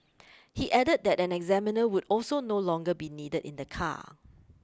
he added that an examiner would also no longer be needed in the car